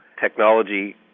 technology